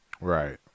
right